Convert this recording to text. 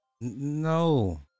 no